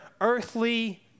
earthly